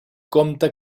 compte